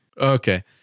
Okay